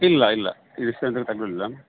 ಇಲ್ಲ ಇಲ್ಲ ಪೀಸ್ ಎಂತ ತಗೊಳಿಲ್ಲ